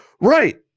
Right